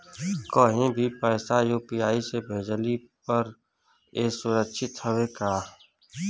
कहि भी पैसा यू.पी.आई से भेजली पर ए सुरक्षित हवे का?